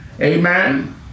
Amen